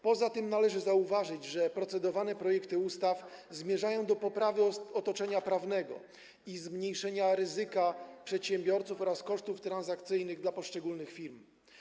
Poza tym należy zauważyć, że procedowane projekty ustaw zmierzają do poprawy otoczenia prawnego i zmniejszenia ryzyka przedsiębiorców oraz kosztów transakcyjnych dla poszczególnych firm.